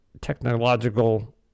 technological